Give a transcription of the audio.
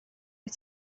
wyt